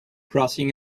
crossing